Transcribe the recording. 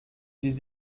des